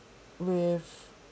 with